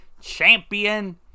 champion